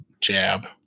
jab